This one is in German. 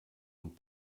und